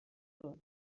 colonel